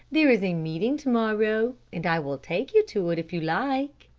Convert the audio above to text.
there is a meeting to-morrow, and i will take you to it if you like.